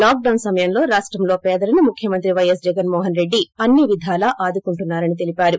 lockdown సమయంలో రాష్టంలో పేదలను ముఖ్యమంత్రి వైఎస్ జగస్మోహన్రెడ్డి అన్ని విధాల ఆదుకుంటున్నారని తెలీపారు